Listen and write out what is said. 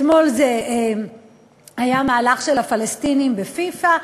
אתמול זה היה מהלך של הפלסטינים בפיפ"א,